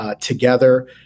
together